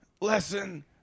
lesson